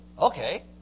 okay